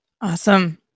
Awesome